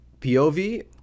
Pov